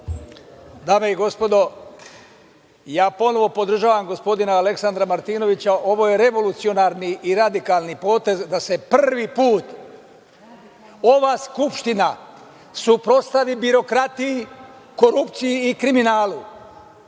Dame i gospodo, ponovo podržavam gospodina Aleksandra Martinovića. Ovo je revolucionarni i radikalni potez da se prvi put ova Skupština suprotstavi birokratiji, korupciji i kriminalu,